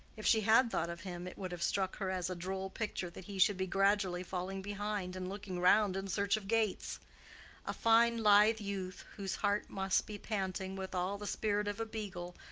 if she had thought of him, it would have struck her as a droll picture that he should be gradually falling behind, and looking round in search of gates a fine lithe youth, whose heart must be panting with all the spirit of a beagle,